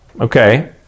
Okay